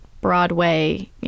Broadway